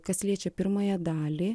kas liečia pirmąją dalį